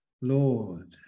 Lord